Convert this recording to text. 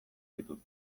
ditut